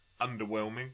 underwhelming